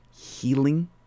healing